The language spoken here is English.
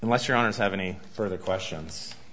unless you're honest have any further questions